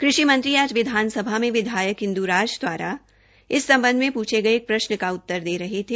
कृषि मंत्री आज विधान सभा में विधायक श्री इंद्राज दवारा इस संबंध में पृछे गए एक प्रश्न का उत्तर दे रहे थे